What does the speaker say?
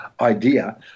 idea